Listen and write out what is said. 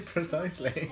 Precisely